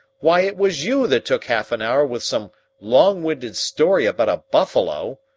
why, it was you that took half an hour with some long-winded story about a buffalo.